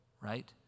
Right